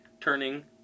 turning